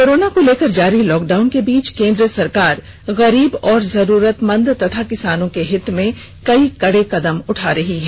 corona को लेकर जारी लॉकडाउन के बीच केन्द्र सरकार गरीब और जरूरतमंद तथा किसानों के हित में कई बड़े कदम उठा रही है